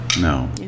no